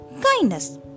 kindness